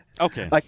Okay